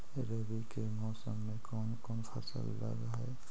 रवि के मौसम में कोन कोन फसल लग है?